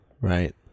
right